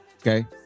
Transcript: Okay